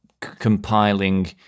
compiling